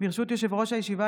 יושב-ראש הישיבה,